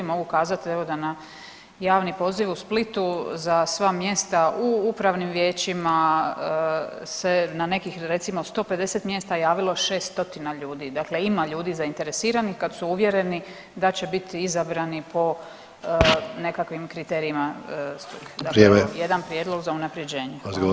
Mogu kazat evo da na javni poziv u Splitu za sva mjesta u upravnim vijećima se na nekih recimo 150 mjesta javilo 6 stotina ljudi, dakle ima ljudi zainteresiranih kad su uvjereni da će biti izabrani po nekakvim kriterijima struke, dakle jedan prijedlog za unaprjeđenje.